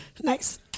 nice